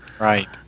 right